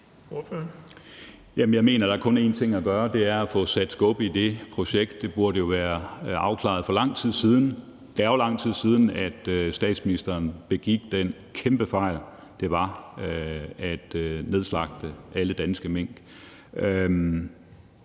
jeg mener, at der kun er én ting at gøre, og det er at få sat skub i det projekt. Det burde jo være afklaret for lang tid siden. Det er jo lang tid siden, at statsministeren begik den kæmpe fejl, det var at nedslagte alle danske mink.